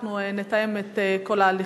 אנחנו נתאם את כל ההליכים.